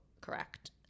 correct